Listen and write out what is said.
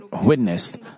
witnessed